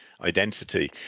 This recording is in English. identity